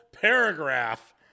paragraph